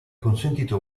consentito